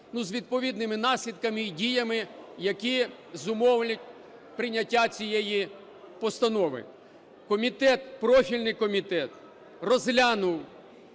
з відповідними наслідками і діями, які зумовлять прийняття цієї постанови. Комітет, профільний комітет розглянув